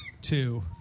two